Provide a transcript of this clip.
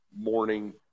morning